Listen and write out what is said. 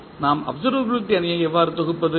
நாம் அப்சர்வபிலிட்டி அணியை எவ்வாறு தொகுப்பது